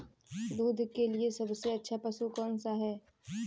दूध के लिए सबसे अच्छा पशु कौनसा है?